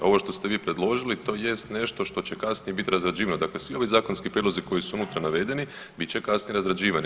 Ovo što ste vi predložili to jest nešto što će kasnije bit razrađivano, dakle svi ovi zakonski prijedlozi koji su unutra navedeni bit će kasnije razrađivani.